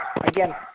again